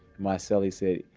my celly said,